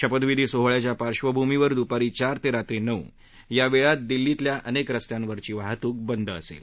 शपथविधी सोहळ्याच्या पार्श्वभूमीवर दुपारी चार ते रात्री नऊ या वेळात दिल्लीतल्या अनेक रस्त्यांवरची वाहतूक बंद असेल